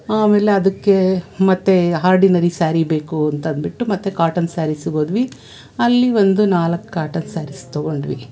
ಆಮೇಲೆ ಅದಕ್ಕೇ ಮತ್ತೆ ಹಾರ್ಡಿನರಿ ಸ್ಯಾರಿ ಬೇಕು ಅಂತಂದ್ಬಿಟ್ಟು ಮತ್ತೆ ಕಾಟನ್ ಸ್ಯಾರೀಸಗೆ ಹೋದ್ವಿ ಅಲ್ಲಿ ಒಂದು ನಾಲ್ಕು ಕಾಟನ್ ಸ್ಯಾರೀಸ್ ತೊಗೊಂಡ್ವಿ